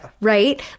Right